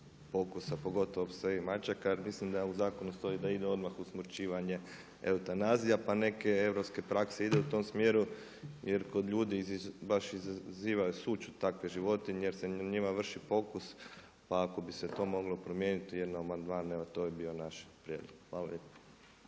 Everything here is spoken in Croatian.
pokusa pogotovo psa i mačaka jer mislim da u zakonu stoji da ide odmah usmrćivanje, eutanazija pa neke europske prakse idu u tom smjeru jer kod ljudi baš izaziva sućut takve životinje jer se na njima vrši pokus. Pa ako bi se to moglo promijeniti, jedan amandman, evo to bi bio naš prijedlog. Hvala